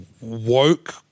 Woke